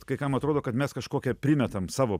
kai kam atrodo kad mes kažkokią primetam savo